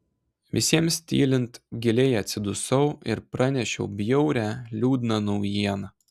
visiems tylint giliai atsidusau ir pranešiau bjaurią liūdną naujieną